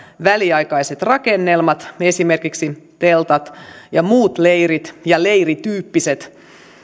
väliaikaiset rakennelmat esimerkiksi teltat ja muut leirit ja leirityyppiset